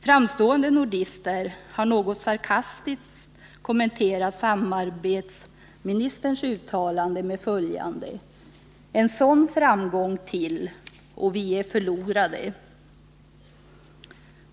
Framstående nordister har något sarkastiskt kommenterat samarbetsministerns uttalande med följande: En sådan framgång till och vi är förlorade.